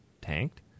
tanked